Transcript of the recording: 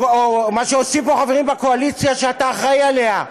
או מה שעושים פה חברים בקואליציה, שאתה אחראי לה,